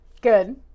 Good